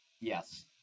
Yes